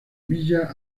villa